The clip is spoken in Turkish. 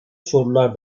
sorular